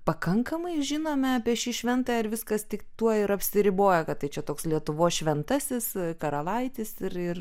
pakankamai žinome apie šį šventąjį ir viskas tik tuo ir apsiriboja kad tai čia toks lietuvos šventasis karalaitis ir ir